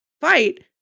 fight